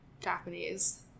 Japanese